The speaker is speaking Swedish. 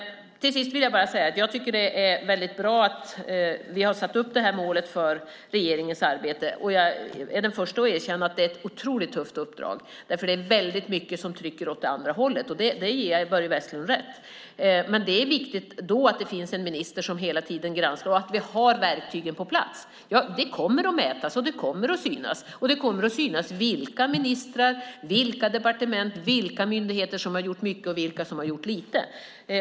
Jag tycker att det är bra att vi har satt upp det här målet för regeringens arbete. Jag är den första att erkänna att det är ett otroligt tufft uppdrag. Det är mycket som trycker åt det andra hållet - där ger jag Börje Vestlund rätt. Det är viktigt att det finns en minister som hela tiden granskar detta och att vi har verktygen på plats. Det kommer att mätas, och det kommer att synas. Det kommer att synas vilka ministrar, departement och myndigheter som har gjort mycket och vilka som har gjort lite.